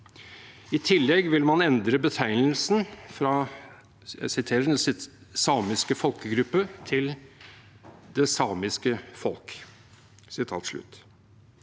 I tillegg vil man endre betegnelsen, fra «den samiske folkegruppe» til «det samiske folk».